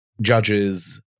judges